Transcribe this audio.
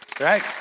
Right